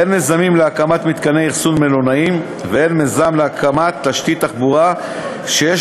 הן מיזמים להקמת מתקני אכסון מלונאיים והן מיזם להקמת תשתית תחבורה שיש